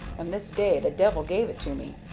and this day the devil gave it to me.